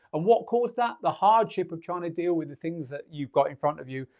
ah what caused that? the hardship of trying to deal with the things that you've got in front of you,